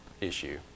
issue